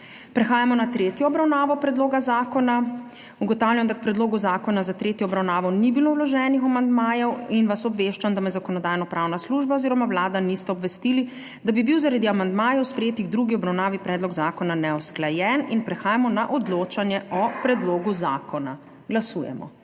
Prehajamo torej na tretjo obravnavo predloga zakona. Ugotavljam, da k predlogu zakona za tretjo obravnavo ni bilo vloženih amandmajev, in vas obveščam, da me Zakonodajno-pravna služba oziroma Vlada nista opozorili, da bi bil zaradi amandmajev, sprejetih v drugi obravnavi, predlog zakona neusklajen, zato prehajamo na odločanje o predlogu zakona. Glasujemo.